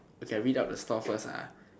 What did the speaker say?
okay I read out the store first ah